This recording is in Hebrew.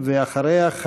ואחריה,